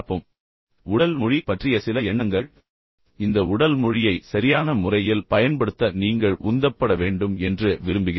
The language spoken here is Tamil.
ஆனால் நான் முடிப்பதற்கு முன் உடல் மொழி பற்றிய இன்னும் சில எண்ணங்கள் மற்றும் இந்த உடல் மொழியை சரியான முறையில் பயன்படுத்த நீங்கள் உந்தப்பட வேண்டும் என்று நான் விரும்புகிறேன்